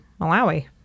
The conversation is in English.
Malawi